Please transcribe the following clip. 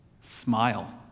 Smile